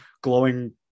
glowing